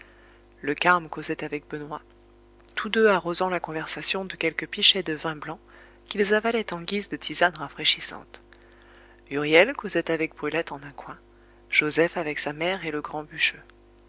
le carme causait avec benoît tous deux arrosant la conversation de quelques pichets de vin blanc qu'ils avalaient en guise de tisane rafraîchissante huriel causait avec brulette en un coin joseph avec sa mère et le grand bûcheux